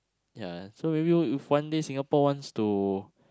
ya so maybe if one day Singapore wants to